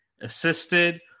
assisted